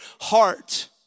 heart